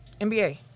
NBA